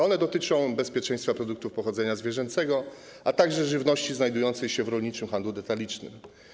One dotyczą bezpieczeństwa produktów pochodzenia zwierzęcego, a także żywności znajdującej się w rolniczym handlu detalicznym.